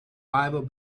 bible